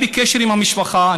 אני בקשר עם המשפחה,